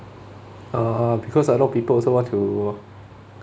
uh because a lot of people also want to